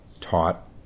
taught